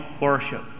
worship